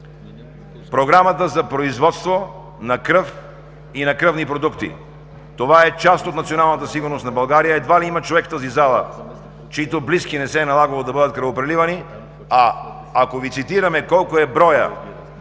Програмата за производство на кръв и на кръвни продукти. Това е част от националната сигурност в България. Едва ли има човек в тази зала, чиито близки не се е налагало да бъдат кръвопреливани, а ако Ви цитираме какъв е броят